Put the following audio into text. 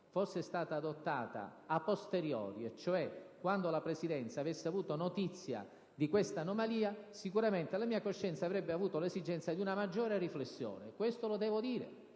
fosse stata adottata *a posteriori*, cioè quando la Presidenza avesse avuto notizia di questa anomalia, sicuramente la mia coscienza avrebbe avuto l'esigenza di una maggiore riflessione. Questo lo devo dire.